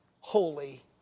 holy